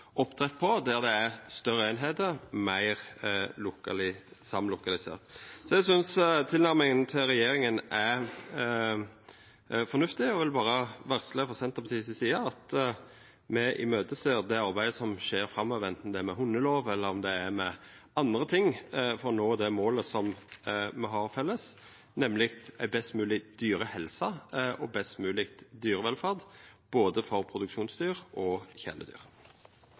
oppdrett på, der det er større einingar og meir samlokalisering. Så eg synest tilnærminga til regjeringa er fornuftig, og eg vil berre varsla at me frå Senterpartiets side ser fram til det arbeidet som skjer framover, anten det er med hundelov eller med andre ting, for å nå det målet som me har felles, nemleg best mogleg dyrehelse og best mogleg dyrevelferd, både for produksjonsdyr og